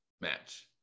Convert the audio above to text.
match